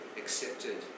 accepted